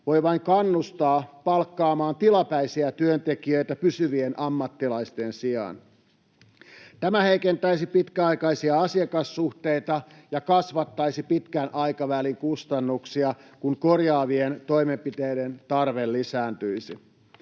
voi vain kannustaa palkkaamaan tilapäisiä työntekijöitä pysyvien ammattilaisten sijaan. Tämä heikentäisi pitkäaikaisia asiakassuhteita ja kasvattaisi pitkän aikavälin kustannuksia, kun korjaavien toimenpiteiden tarve lisääntyisi.